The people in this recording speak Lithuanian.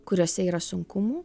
kuriose yra sunkumų